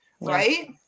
right